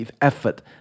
effort